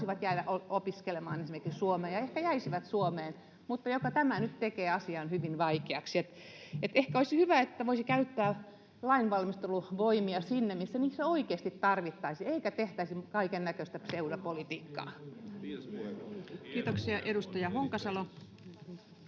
voisivat jäädä esimerkiksi opiskelemaan Suomeen ja ehkä jäisivät Suomeen, mutta tämä nyt tekee asian hyvin vaikeaksi. Eli ehkä olisi hyvä, että voisi käyttää lainvalmisteluvoimia siellä, missä niitä oikeasti tarvittaisiin, eikä tehtäisi kaikennäköistä pseudopolitiikkaa. [Kimmo Kiljunen: Viisas